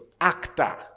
actor